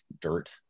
dirt